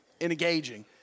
engaging